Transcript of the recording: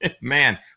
Man